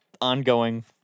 ongoing